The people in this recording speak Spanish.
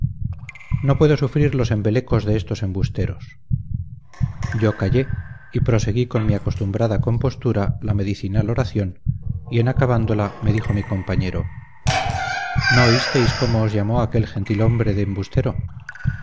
no puedo sufrir los embelecos de estos embusteros yo callé y proseguí con mi acostumbrada compostura la medicinal oración y en acabándola me dijo mi compañero no oísteis cómo os llamó aquel gentil hombre de embustero